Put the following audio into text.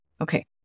Okay